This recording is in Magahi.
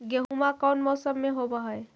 गेहूमा कौन मौसम में होब है?